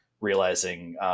realizing